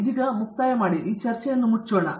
ಆದ್ದರಿಂದ ಇದೀಗ ಮುಕ್ತಾಯ ಮಾಡಿ ಈ ಚರ್ಚೆ ಮುಚ್ಚಿ